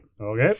Okay